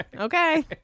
okay